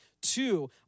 Two